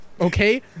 Okay